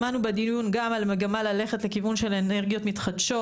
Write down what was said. שמענו בדיון גם על המגמה ללכת לכיוון של אנרגיות מתחדשות.